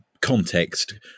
context